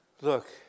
Look